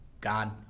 God